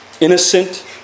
Innocent